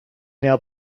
now